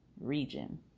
region